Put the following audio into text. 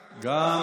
רבנים,